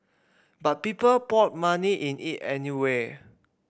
but people poured money in it anyway